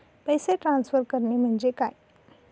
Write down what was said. पैसे ट्रान्सफर करणे म्हणजे काय?